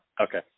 okay